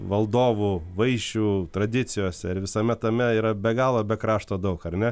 valdovų vaišių tradicijose ir visame tame yra be galo be krašto daug ar ne